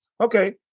Okay